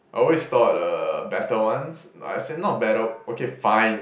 I always thought uh better ones but as in not better okay fine